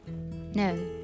No